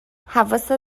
حواست